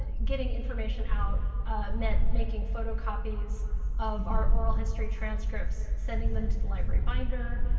getting information out meant making photocopies of our oral history transcripts, sending them to the library binder,